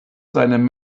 seinem